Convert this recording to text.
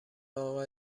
اقا